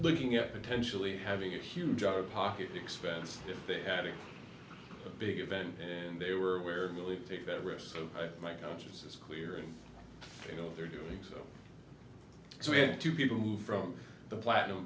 looking at potentially having a huge other pocket expense if they had a big event and they were aware really take that risk so my conscious is clear and you know they're doing so so we have two people who from the platinum